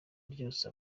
ryose